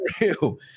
real